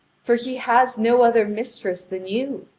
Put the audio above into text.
for he has no other mistress than you.